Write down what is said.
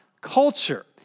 culture